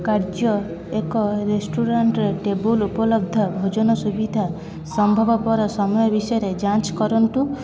କାର୍ଯ୍ୟ ଏକ restaurant table ଉପଲବ୍ଧ ଭୋଜନ ସୁବିଧା ସମ୍ଭବ ପର ସମୟ ବିଷୟରେ ଯାଞ୍ଚ କରନ୍ତୁ